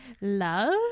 love